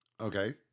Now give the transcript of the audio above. Okay